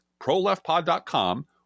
proleftpod.com